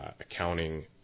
accounting